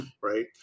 Right